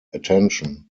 attention